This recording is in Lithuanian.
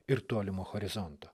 ir tolimo horizonto